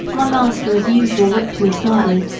my master as usual whipped me smartly,